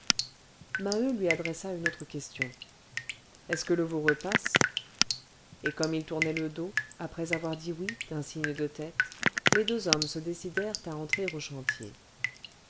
maheu lui adressa une autre question est-ce que le voreux passe et comme il tournait le dos après avoir dit oui d'un signe de tête les deux hommes se décidèrent à entrer aux chantiers